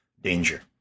danger